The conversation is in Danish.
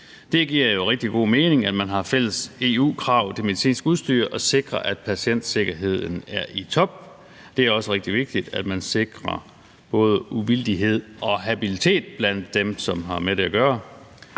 Det giver jo rigtig god mening, at man har fælles EU-krav til medicinsk udstyr, så det sikres, at patientsikkerheden er i top. Det er også rigtig vigtigt, at man sikrer både uvildighed og habilitet blandt dem, som har med det at gøre.